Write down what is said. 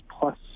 plus